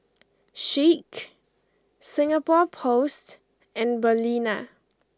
Schick Singapore Post and Balina